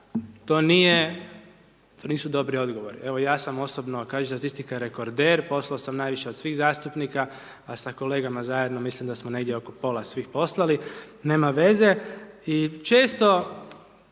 to nisu dobri odgovori, evo ja sam osobno kaže statistika rekorder, poslao sam najviše od svih zastupnika, a sa kolegama zajedno mislim da smo negdje oko pola svih poslali, nema veze